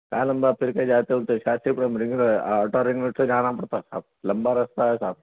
اتنا لمبا پھرکے جاتے ہو شاستری پارک میں ring road outer ring road سے جانا پڑتا ہے صاحب لمبا رستہ ہے صاحب